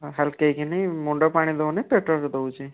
ହଁ ହାଲୁକା କରିକି ମୁଣ୍ଡ ପାଣି ଦେଉନି ପେଟରେ ଦେଉଛି